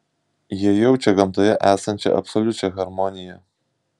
jie jaučia gamtoje esančią absoliučią harmoniją